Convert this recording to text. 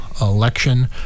election